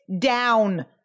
down